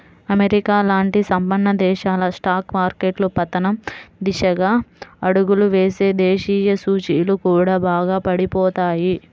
America లాంటి సంపన్న దేశాల స్టాక్ మార్కెట్లు పతనం దిశగా అడుగులు వేస్తే దేశీయ సూచీలు కూడా బాగా పడిపోతాయి